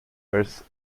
als